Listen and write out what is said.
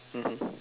mmhmm